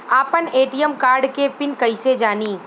आपन ATM card के pin कईसे जानी?